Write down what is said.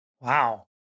Wow